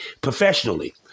professionally